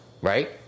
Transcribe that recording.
right